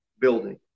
building